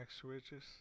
switches